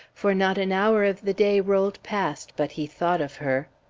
for not an hour of the day rolled past but he thought of her.